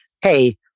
Hey